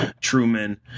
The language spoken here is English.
Truman